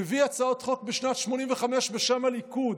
מביא הצעות חוק בשנת 1985 בשם הליכוד